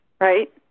right